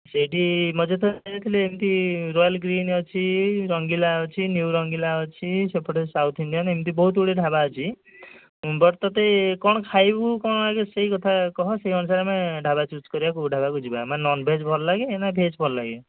ସେଇଠି ମଝିରେ ଥରେ ଯାଇଥିଲି ଏମିତି ରୟାଲ୍ ଗ୍ରୀନ୍ ଅଛି ରଙ୍ଗିଲା ଅଛି ନିଉ ରଙ୍ଗିଲା ଅଛି ସେପଟେ ସାଉଥ୍ ଇଣ୍ଡିଆନ୍ ଏମିତି ବହୁତ ଗୁଡ଼ିଏ ଢାବା ଅଛି ବଟ୍ ତୋତେ କ'ଣ ଖାଇବୁ କ'ଣ ଆଗେ ସେଇ କଥା କୁହ ସେଇ ଅନୁସାରେ ଆମେ ଢାବା ଚୁଜ୍ କରିବା କେଉଁ ଢାବାକୁ ଯିବା ମାନେ ନନ୍ଭେଜ୍ ଭଲ ଲାଗେ ନା ଭେଜ୍ ଭଲ ଲାଗେ